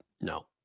No